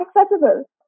accessible